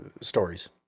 stories